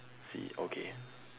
silly okay